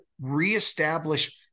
reestablish